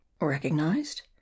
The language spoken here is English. Recognized